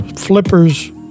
Flippers